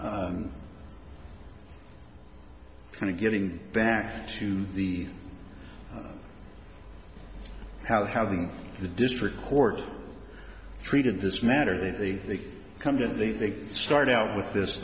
kind of getting back to the how how the the district court treated this matter they come to they start out with this